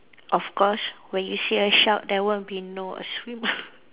of course when you see a shark there won't be no a swimmer